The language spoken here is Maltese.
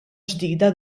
ġdida